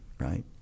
right